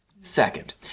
Second